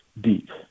deep